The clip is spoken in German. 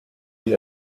sie